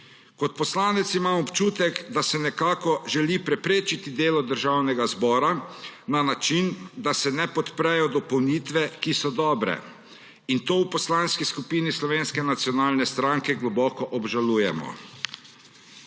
Kot poslanec imam občutek, da se nekako želi preprečiti delo Državnega zbora na način, da se ne podprejo dopolnitve, ki so dobre. To v Poslanski skupini Slovenske nacionalne stranke globoko obžalujemo.